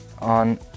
on